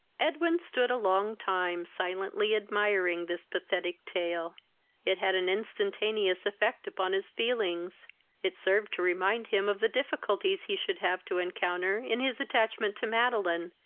edwin stood a long time, silently admiring this pathetic tale it had an instantaneous effect upon his feelings it served to remind him of the difficulties he should have to encounter in his attachment to madeline,